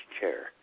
chair